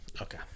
okay